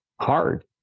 hard